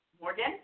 Morgan